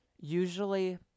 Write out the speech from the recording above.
usually